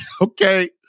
Okay